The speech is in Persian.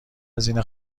هزینه